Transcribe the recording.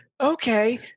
Okay